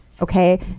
Okay